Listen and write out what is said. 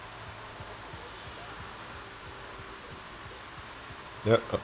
yup uh